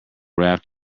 raft